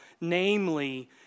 namely